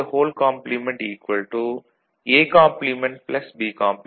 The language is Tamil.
Y A